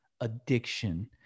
addiction